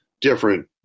different